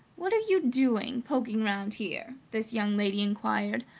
what are you doing, poking round here? this young lady inquired,